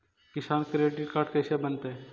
किसान credit card कैसे बनतै?